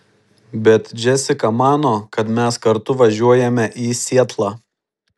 bet džesika mano kad mes kartu važiuojame į sietlą